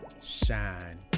shine